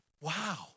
Wow